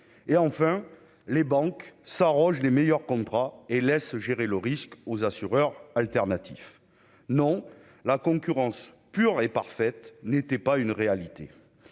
et, enfin, les banques s'arrogent les meilleurs contrats et laisse gérer le risque aux assureurs alternatif non la concurrence pure et parfaite n'était pas une réalité